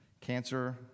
cancer